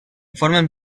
formen